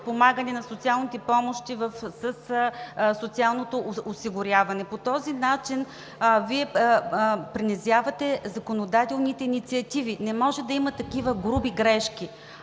на социалните помощи със социалното осигуряване. По този начин Вие принизявате законодателните инициативи. Не може да има такива груби грешки.